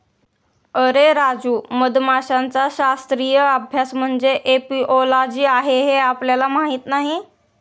अरे राजू, मधमाशांचा शास्त्रीय अभ्यास म्हणजे एपिओलॉजी आहे हे आपल्याला माहीत नाही